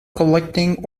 collecting